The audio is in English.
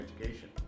education